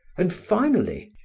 and finally,